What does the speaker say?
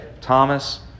Thomas